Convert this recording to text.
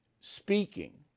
speaking